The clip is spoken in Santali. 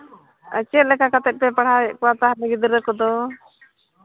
ᱪᱮᱫ ᱞᱮᱠᱟ ᱠᱟᱛᱮᱫ ᱯᱮ ᱯᱟᱲᱦᱟᱣᱮᱫ ᱠᱚᱣᱟ ᱜᱤᱫᱽᱨᱟᱹ ᱠᱚᱫᱚ